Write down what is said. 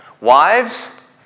wives